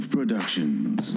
Productions